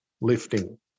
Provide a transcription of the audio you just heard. lifting